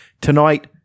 Tonight